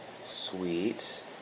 sweet